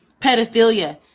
pedophilia